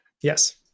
Yes